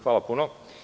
Hvala puno.